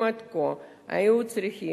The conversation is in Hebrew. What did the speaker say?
אם עד כה היו עולים